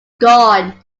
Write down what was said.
gone